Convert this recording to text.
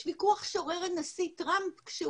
יש ויכוח שעורר הנשיא טראמפ עם